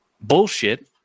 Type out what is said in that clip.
bullshit